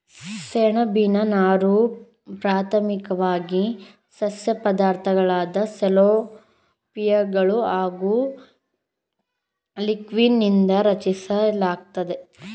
ಸೆಣ್ಬಿನ ನಾರು ಪ್ರಾಥಮಿಕ್ವಾಗಿ ಸಸ್ಯ ಪದಾರ್ಥಗಳಾದ ಸೆಲ್ಯುಲೋಸ್ಗಳು ಹಾಗು ಲಿಗ್ನೀನ್ ನಿಂದ ರಚನೆಯಾಗೈತೆ